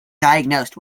diagnosed